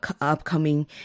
upcoming